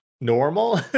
normal